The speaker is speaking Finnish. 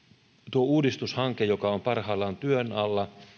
tuo uudistushanke joka on parhaillaan työn alla